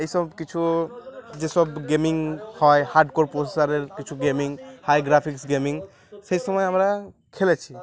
এইসব কিছু যেসব গেমিং হয় হার্ড কোর প্রোসেসারের কিছু গেমিং হাই গ্রাফিক্স গেমিং সেই সময় আমরা খেলেছি